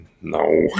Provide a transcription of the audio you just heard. No